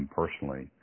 personally